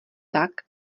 tak